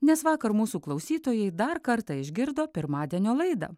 nes vakar mūsų klausytojai dar kartą išgirdo pirmadienio laidą